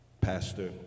pastor